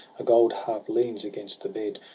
a gold harp leans against the bed,